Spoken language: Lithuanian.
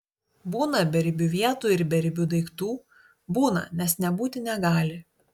būna beribių vietų ir beribių daiktų būna nes nebūti negali